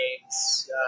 games